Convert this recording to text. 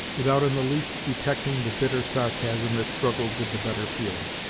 without in the least detecting the bitter sarcasm that struggled with the better feeling.